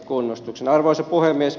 arvoisa puhemies